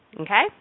Okay